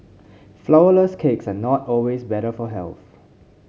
flourless cakes are not always better for health